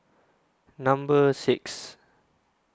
Number six